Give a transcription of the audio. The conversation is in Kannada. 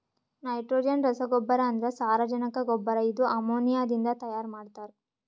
ನೈಟ್ರೋಜನ್ ರಸಗೊಬ್ಬರ ಅಂದ್ರ ಸಾರಜನಕ ಗೊಬ್ಬರ ಇದು ಅಮೋನಿಯಾದಿಂದ ತೈಯಾರ ಮಾಡ್ತಾರ್